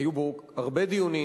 היו בו הרבה דיונים,